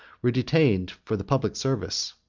were detained for the public service.